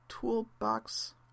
toolbox